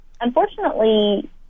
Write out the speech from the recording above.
unfortunately